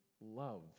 love